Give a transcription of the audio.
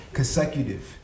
consecutive